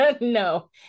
no